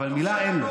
אבל מילה אין לו.